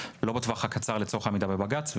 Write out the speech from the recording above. לא בטווח הקצר לצורך העמידה בבג"ץ,